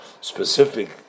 specific